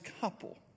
couple